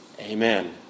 Amen